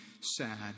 sad